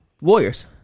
Warriors